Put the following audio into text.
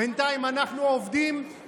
בינתיים אנחנו עובדים,